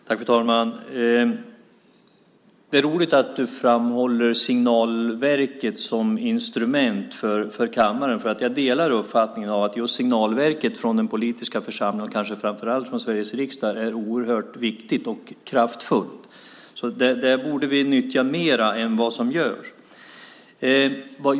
Fru talman! Hans Olsson, det är roligt att du för kammaren framhåller signalverket som instrument, för jag delar uppfattningen att signalverket från den politiska församlingen, och kanske framför allt från Sveriges riksdag, är oerhört viktigt och kraftfullt. Det borde vi nyttja mer än vad som görs.